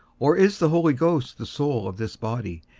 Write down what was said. or is the holy ghost the soul of this body,